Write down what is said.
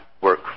work